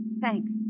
Thanks